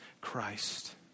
Christ